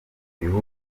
bihugu